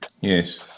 Yes